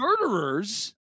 murderers